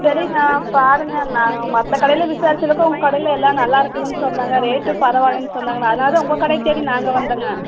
சரிங்கண்ணா பாருங்கள் நான் மற்ற கடையில் விசாரித்ததுக்கு உங்கள் கடையில் எல்லாம் நல்லாயிருக்குதுன்னு சொன்னாங்க ரேட்டும் பரவாயில்லைனு சொன்னாங்கண்ணா அதனால் தான் உங்கள் கடையை தேடி நாங்கள் வந்தோம்ங்க